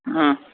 ஆ